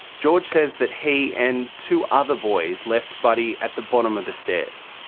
george says that he and two other boys left buddy at the bottom of the stairs.